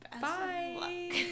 Bye